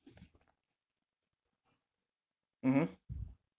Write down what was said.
mmhmm